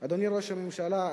אדוני ראש הממשלה,